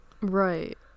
right